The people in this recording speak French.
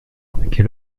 quelle